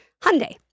Hyundai